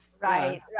Right